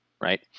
right